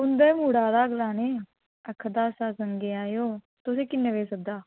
उं'दा मुड़ा आए दा हा गलाने गी आक्खा दा हा सतसंगै गी आएओ तुसें किन्ने बजे सद्देआ